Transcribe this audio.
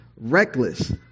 reckless